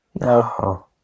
no